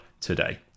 today